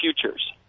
futures